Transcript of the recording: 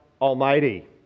Almighty